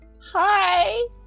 Hi